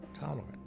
tolerant